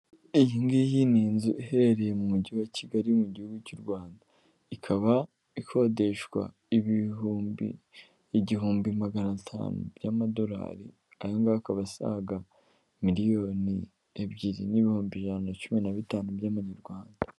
Iyi ngiyi ni inzu iherereye mu mujyi wa Kigali mu gihugu cy'u Rwanda ikaba ikodeshwa igihumbi magana atanu by'amadolari aya ngaya akaba asaga miliyoni ebyiri n'ibihumbi ijana na cumi na bitanu by'amanyarwanda.